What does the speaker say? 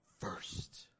first